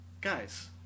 Guys